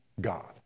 God